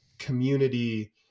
community